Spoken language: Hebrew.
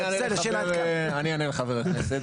אני אענה לחבר הכנסת.